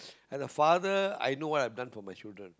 as a father I know what I've done for my children